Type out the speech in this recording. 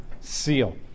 seal